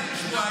החוק טוב,